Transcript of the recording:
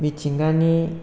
मिथिंगानि